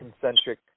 concentric